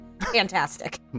fantastic